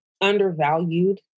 undervalued